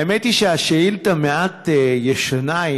האמת היא שהשאילתה מעט ישנה,